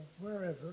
wherever